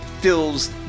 fills